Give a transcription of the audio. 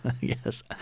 Yes